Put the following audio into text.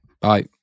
Bye